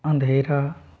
अंधेरा